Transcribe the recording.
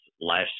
last